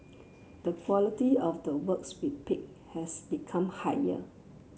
the quality of the works we pick has become higher